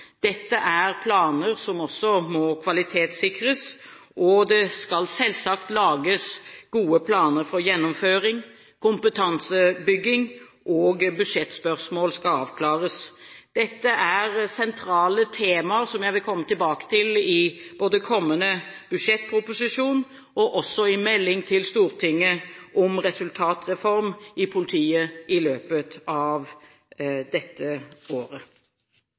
Dette er planer som også må kvalitetssikres. Det skal selvsagt lages gode planer for gjennomføring og kompetansebygging, og budsjettspørsmål skal avklares. Dette er sentrale temaer som jeg vil komme tilbake til i kommende budsjettproposisjon og også i melding til Stortinget om resultatreform i politiet i løpet av dette året.